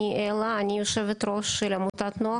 אני יושבת-ראש של עמותת נח,